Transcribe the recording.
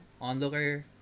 onlooker